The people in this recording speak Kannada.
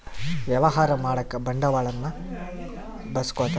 ವ್ಯವಹಾರ ಮಾಡಕ ಬಂಡವಾಳನ್ನ ಬಳಸ್ಕೊತಾರ